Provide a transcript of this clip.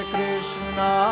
Krishna